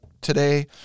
today